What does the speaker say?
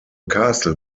castle